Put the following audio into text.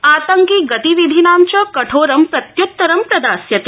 आतंकि गतिविधीनां च कठोरं प्रत्युत्तरं प्र ास्यते